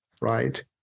right